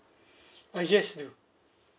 ah yes do